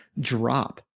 drop